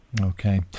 Okay